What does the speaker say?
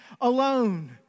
alone